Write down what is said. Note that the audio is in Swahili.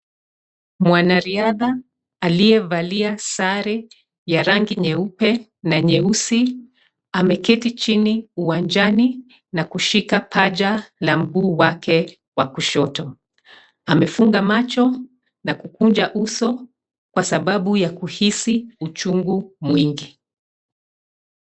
Mwanariadha aliyevalia sare ya rangi nyeupe na nyeusi ameketi chini uwanjani na kushika paja la mguu wake wa kushoto, amefunga macho na kukunja uso kwa sababu ya kuhisi uchungu mwingi.